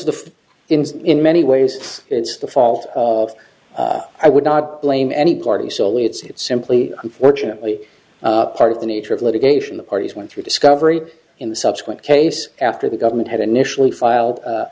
the ins in many ways it's the fault of i would not blame any party solely it's simply unfortunately part of the nature of litigation the parties went through discovery in the subsequent case after the government had initially filed a